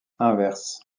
inverse